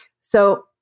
So-